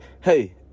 hey